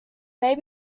may